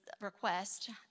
request